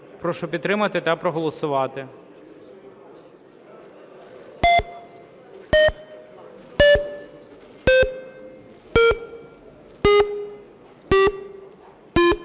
Прошу підтримати та проголосувати.